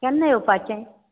केन्ना येवपाचें